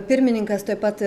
pirmininkas taip pat